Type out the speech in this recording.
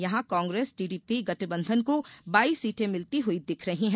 यहां कांग्रेस टीडीपी गठबंधन को बाइस सीटें मिलती हुई दिख रही हैं